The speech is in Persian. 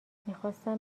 میخواستم